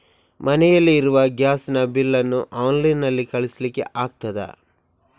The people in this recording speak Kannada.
ಮನೆಯಲ್ಲಿ ಇರುವ ಗ್ಯಾಸ್ ನ ಬಿಲ್ ನ್ನು ಆನ್ಲೈನ್ ನಲ್ಲಿ ಕಳಿಸ್ಲಿಕ್ಕೆ ಆಗ್ತದಾ?